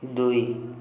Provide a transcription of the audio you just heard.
ଦୁଇ